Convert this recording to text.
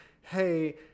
hey